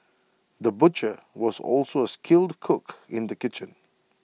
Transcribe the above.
the butcher was also A skilled cook in the kitchen